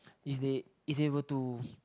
is they is they were to